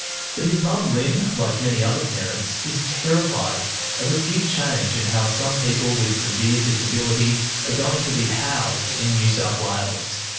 but his mum lyn, like many other parents, is terrified of a big change in how some people with severe disability are going to be housed in new south wales.